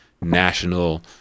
national